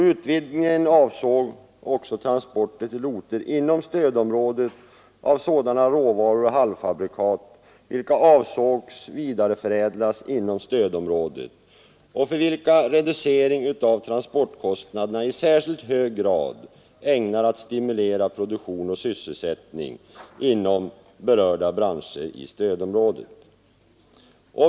Utvidgningen avsåg transporter till orter inom stödområdet av sådana råvaror och halvfabrikat, vilka avsågs vidareförädlas inom stödområdet och för vilka reducering av transportkostnaderna i särskilt hög grad är ägnad att stimulera produktion och sysselsättning inom berörda branscher i stödområdet.